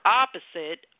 opposite